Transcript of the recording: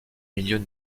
milieux